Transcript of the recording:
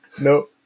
No